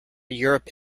europe